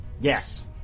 Yes